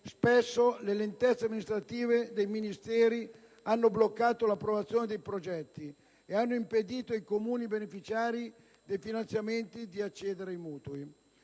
spesso le lentezze amministrative dei Ministeri hanno bloccato l'approvazione dei progetti e hanno impedito ai Comuni beneficiari dei finanziamenti di accedere ai mutui.